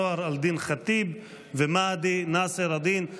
זהר אל דין ח'טיב ומהדי נסר אל דין.